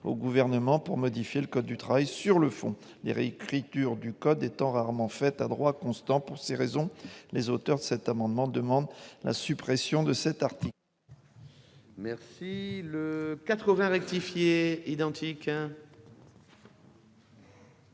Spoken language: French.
au Gouvernement pour modifier le code du travail sur le fond, les réécritures du code étant rarement faites à droit constant. Pour ces raisons, les auteurs de cet amendement demandent la suppression de cet article.